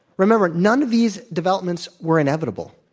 remember, none of these developments were inevitable.